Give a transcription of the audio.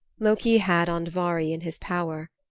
loki had andvari in his power.